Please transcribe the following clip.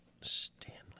Stanley